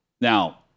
Now